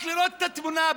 רק לראות את התמונה,